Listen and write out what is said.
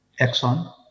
Exxon